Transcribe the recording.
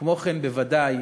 וכמו כן, בוודאי